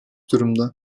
durumda